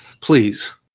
Please